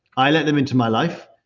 i let them into my life.